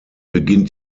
beginnt